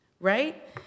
Right